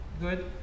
good